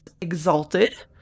exalted